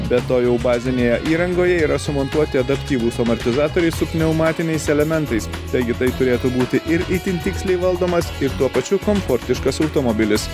be to jau bazinėje įrangoje yra sumontuoti adaptyvūs amortizatoriai su pneumatiniais elementais taigi tai turėtų būti ir itin tiksliai valdomas ir tuo pačiu komfortiškas automobilis